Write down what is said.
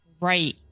Right